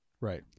Right